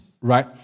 right